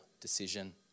decision